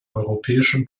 europäischen